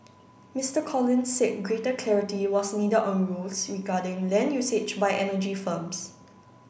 Mister Collins said greater clarity was needed on rules regarding land usage by energy firms